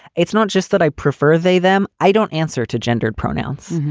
it's not just that i prefer they them. i don't answer to gendered pronouns.